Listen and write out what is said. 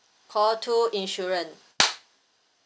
call two insurance